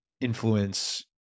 influence